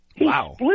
Wow